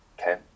okay